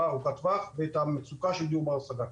ארוכת טווח ואת המצוקה של דיור בר השכרה.